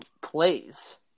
plays